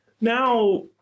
now